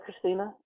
Christina